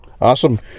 Awesome